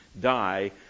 die